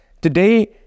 today